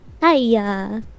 hiya